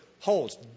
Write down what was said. Holds